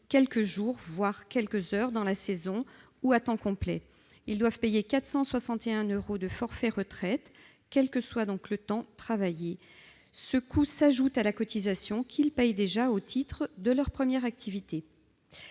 quelques jours, voire quelques heures durant la saison ou à temps complet. Ils doivent ainsi payer 461 euros de forfait retraite, quel que soit le temps travaillé. Ce coût s'ajoute à la cotisation qu'ils payent au titre de leur première activité.